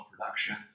production